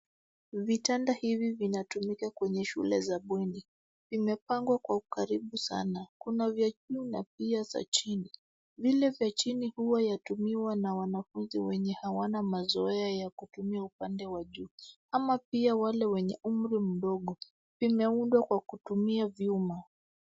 Vitanda hivi vinatumika kwenye shule za bweni. Vimepangwa kwa ukaribu sana .Kuna vya juu na pia za chini. Vile vya chini huwa yatumiwa na wanafunzi wenye hawana mazoea ya kutumia upande wa juu. Ama pia wale wenye umri mdogo .Vimeundwa kwa kutumia vyuma.